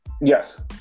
yes